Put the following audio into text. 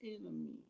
enemy